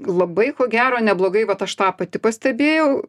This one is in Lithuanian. labai ko gero neblogai vat aš tą patį pastebėjau